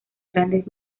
grandes